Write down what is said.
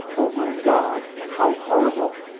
oh, my god! how horrible.